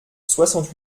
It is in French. soixante